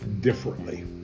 differently